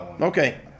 okay